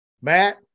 Matt